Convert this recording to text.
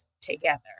together